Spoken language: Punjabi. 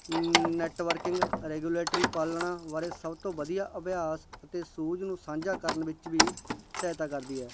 ਨੈੱਟਵਰਕਿੰਗ ਰੈਗੂਲੇਟਰੀ ਪਾਲਣਾ ਬਾਰੇ ਸਭ ਤੋਂ ਵਧੀਆ ਅਭਿਆਸ ਅਤੇ ਸੂਝ ਨੂੰ ਸਾਂਝਾ ਕਰਨ ਵਿੱਚ ਵੀ ਸਹਾਇਤਾ ਕਰਦੀ ਹੈ